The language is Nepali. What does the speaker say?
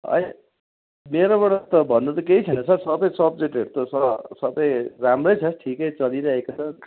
मेरोबाट त भन्नु त केही छैन सर सबै सब्जेक्टहरू त स सबै राम्रै छ ठिकै चलिरहेको छ